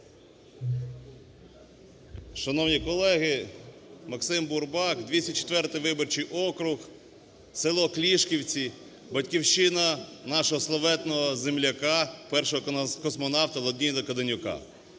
Шановні колеги, Максим Бурбак, 204 виборчий округ, село Клішківці – батьківщина нашого славетного земляка, Першого космонавта Леоніда Каденюка.